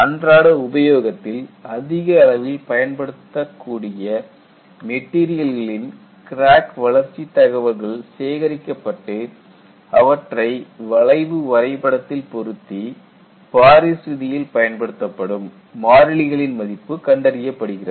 அன்றாட உபயோகத்தில் அதிக அளவில் பயன்படுத்தக்கூடிய மெட்டீரியல்களின் கிராக் வளர்ச்சி தகவல்கள் சேகரிக்கப்பட்டு அவற்றை வளைவு வரைபடத்தில் பொருத்தி பாரிஸ் வீதியில் பயன்படுத்தப்படும் மாறிலிகளின் மதிப்பு கண்டறியப்படுகிறது